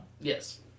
Yes